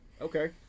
Okay